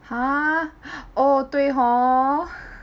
!huh! oh 对 hor